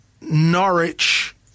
Norwich